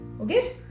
Okay